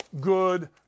good